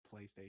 PlayStation